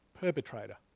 perpetrator